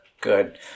Good